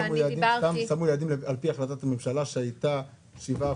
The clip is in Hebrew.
קבעו יעדים על פי החלטת הממשלה שהייתה של 7%,